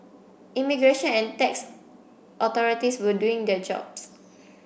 immigration and tax authorities were doing their jobs